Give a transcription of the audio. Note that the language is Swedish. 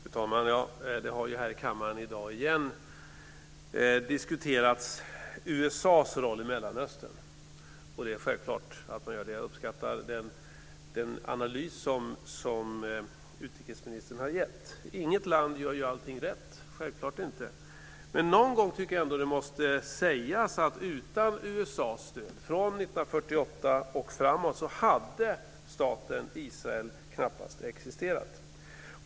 Fru talman! I dag har man här i kammaren igen diskuterat USA:s roll i Mellanöstern. Det är självklart att man gör det. Jag uppskattar den analys som utrikesministern har gett. Inget land gör allting rätt - självklart inte - men någon gång måste det ändå sägas att utan USA:s stöd från 1948 och framåt hade staten Israel knappast existerat.